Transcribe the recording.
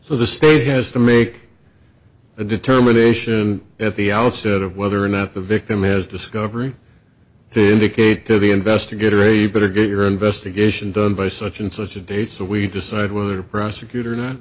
so the state has to make a determination if the outset of whether or not the victim is discovery to indicate to the investigator a better get your investigation done by such and such a date so we decide whether a prosecutor